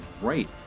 great